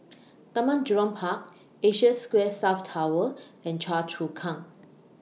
Taman Jurong Park Asia Square South Tower and Choa Chu Kang